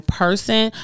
person